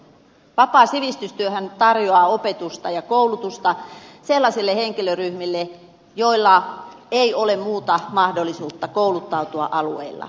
vapaa sivistystyöhän tarjoaa opetusta ja koulutusta sellaisille henkilöryhmille joilla ei ole muuta mahdollisuutta kouluttautua alueilla